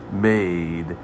made